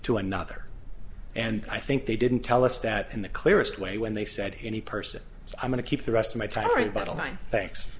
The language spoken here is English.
to another and i think they didn't tell us that in the clearest way when they said any person i'm going to keep the rest of my primary battle time thanks